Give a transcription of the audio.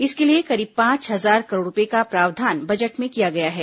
इसके लिए करीब पांच हजार करोड़ रूपये का प्रावधान बजट में किया गया है